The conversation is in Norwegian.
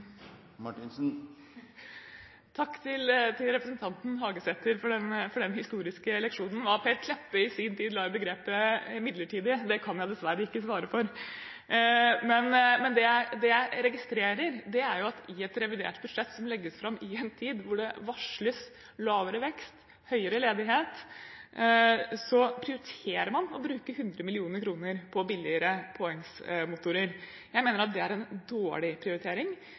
særavgift». Takk til representanten Hagesæter for den historiske leksjonen. Hva Per Kleppe i sin tid la i begrepet «midlertidig», kan jeg dessverre ikke svare for. Men det jeg registrerer, er at i et revidert budsjett som legges fram i en tid hvor det varsles lavere vekst og høyere ledighet, prioriterer man å bruke 100 mill. kr på billigere påhengsmotorer. Jeg mener at det er en dårlig prioritering.